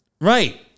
Right